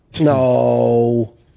No